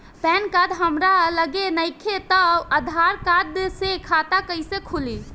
Pan card हमरा लगे नईखे त आधार कार्ड से खाता कैसे खुली?